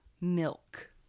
milk